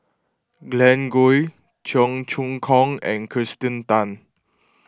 Glen Goei Cheong Choong Kong and Kirsten Tan